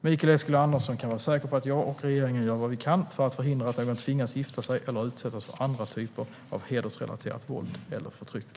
Mikael Eskilandersson kan vara säker på att jag och regeringen gör vad vi kan för att förhindra att någon tvingas gifta sig eller utsätts för andra typer av hedersrelaterat våld eller förtryck.